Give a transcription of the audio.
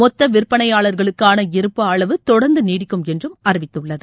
மொத்த விற்பனையாளர்களுக்கான இருப்பு அளவு தொடர்ந்து நீடிக்கும் என்று அறிவித்துள்ளது